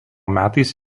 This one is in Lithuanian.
metais